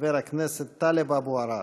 חבר הכנסת טלב אבו עראר.